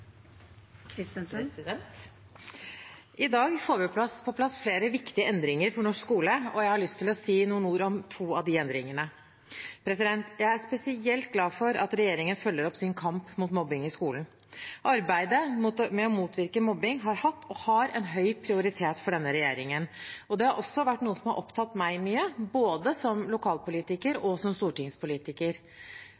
i dag. I dag får vi på plass flere viktige endringer for norsk skole, og jeg har lyst til å si noen ord om to av de endringene. Jeg er spesielt glad for at regjeringen følger opp sin kamp mot mobbing i skolen. Arbeidet med å motvirke mobbing har hatt, og har, en høy prioritet for denne regjeringen, og det har også vært noe som har opptatt meg mye, både som